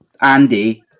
Andy